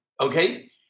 okay